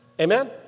Amen